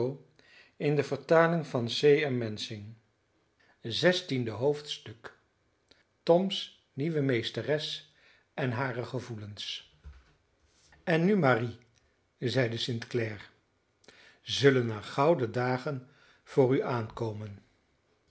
zestiende hoofdstuk toms nieuwe meesteres en hare gevoelens en nu marie zeide st clare zullen er gouden dagen voor u aankomen